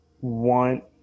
want